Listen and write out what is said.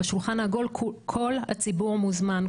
לשולחן העגול כל הציבור מוזמן,